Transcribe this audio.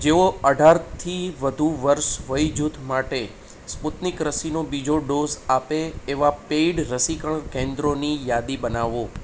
જેઓ અઢારથી વધુ વર્ષ વયજૂથ માટે સ્પુતનિક રસીનો બીજો ડોઝ આપે એવાં પેઈડ રસીકરણ કેન્દ્રોની યાદી બનાવો